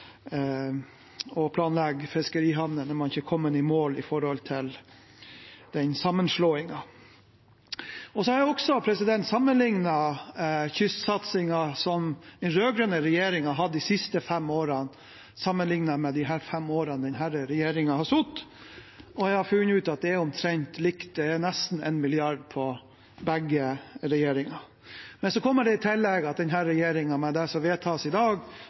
og planlegge fiskerihavner når man ikke er kommet i mål med sammenslåingen. Jeg har sammenlignet kystsatsingen som den rød-grønne regjeringen hadde de siste fem årene, med kystsatsingen de fem årene denne regjeringen har sittet, og jeg har funnet ut at det er omtrent likt – det er nesten 1 mrd. kr på begge regjeringene. Men i tillegg kommer det at denne regjeringen med det som vedtas i dag,